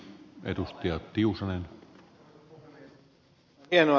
arvoisa puhemies